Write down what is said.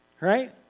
Right